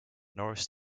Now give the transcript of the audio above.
norris